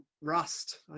rust